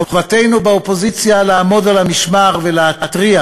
חובתנו באופוזיציה לעמוד על המשמר ולהתריע